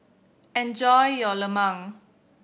enjoy your lemang